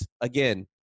again